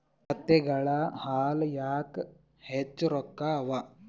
ಕತ್ತೆಗಳ ಹಾಲ ಯಾಕ ಹೆಚ್ಚ ರೊಕ್ಕ ಅವಾ?